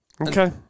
Okay